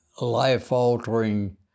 life-altering